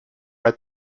read